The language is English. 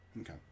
Okay